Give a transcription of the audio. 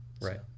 Right